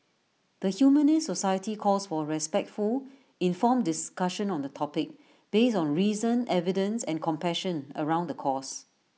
the Humanist society calls for respectful informed discussion on the topic based on reason evidence and compassion around the cause